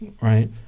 right